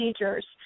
procedures